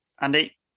Andy